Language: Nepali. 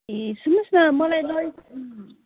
ए सुन्नुहोस् न मलाई